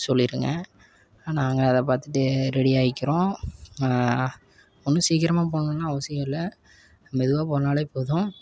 சொல்லிடுங்க நாங்கள் அதை பார்த்துட்டு ரெடி ஆகிக்குறோம் ஒன்றும் சீக்கிரமாக போகணுன்னு அவசியம் இல்லை மெதுவாக போனாலே போதும்